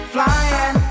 Flying